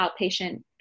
outpatient